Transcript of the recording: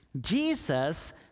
Jesus